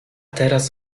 teraz